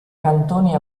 cantoni